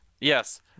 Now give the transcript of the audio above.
yes